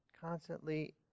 Constantly